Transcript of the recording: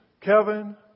Kevin